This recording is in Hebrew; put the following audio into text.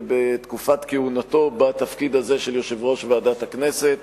ובתקופת כהונתו בתפקיד הזה של יושב-ראש ועדת הכנסת.